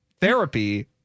therapy